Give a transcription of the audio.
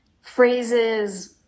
phrases